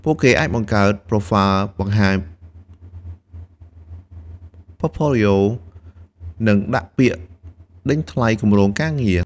ពួកគេអាចបង្កើត Profile បង្ហាញ Portfolio និងដាក់ពាក្យដេញថ្លៃគម្រោងការងារ។